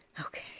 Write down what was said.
Okay